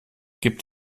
gibt